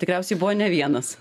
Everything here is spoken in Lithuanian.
tikriausiai buvo ne vienas